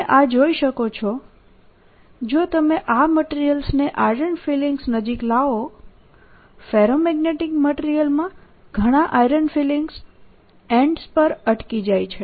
તમે આ જોઈ શકો છો જો તમે આ મટીરીયલ્સને આઇરન ફિલિંગ્સ નજીક લાવો ફેરોમેગ્નેટીક મટીરીયલમાં ઘણા આઇરન ફિલિંગ્સ એન્ડ્સ પર અટકી જાય છે